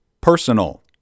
Personal